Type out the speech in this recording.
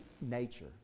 nature